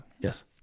Yes